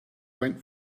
went